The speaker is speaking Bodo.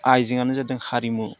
आइजेङानो जादों हारिमु